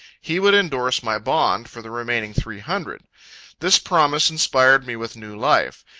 he would endorse my bond for the remaining three hundred this promise inspired me with new life.